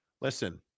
Listen